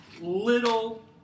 little